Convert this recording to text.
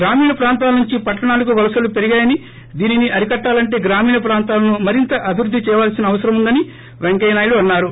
గ్రామీణ ప్రాంతాల నుంచి పట్లణాలకు వలసలు పెరిగాయని దీనిని అరికట్లాలంటే గ్రామీణ ప్రాంతాలను మరింత అభివృద్ధి చేయావలసిన అవసరముందని పెంకయ్యనాయుడు అన్నారు